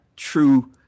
true